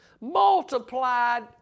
Multiplied